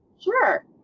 Sure